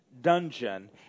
dungeon